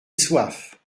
soif